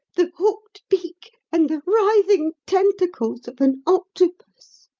the hooked beak, and the writhing tentacles of an octopus.